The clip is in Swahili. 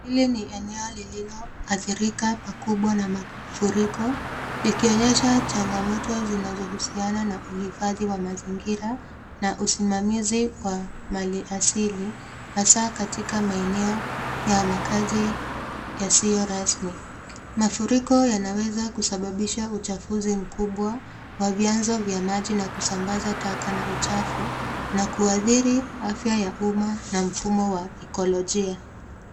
Hili ni eneo lililoathirika pakubwa na mafuriko, ikionyesha changamoto zinazohusiana na uhifadhi wa mazingira na usimamizi wa mali asili, hasa katika maeneo ya makazi yasiyorasmi. Mafuriko yanaweza kusababisha uchafuzi mkubwa wa vianzo vya maji, na kusambaza taka na uchafu na kuadhiri afya ya uma na mfumo wa ekolojia.